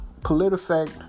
PolitiFact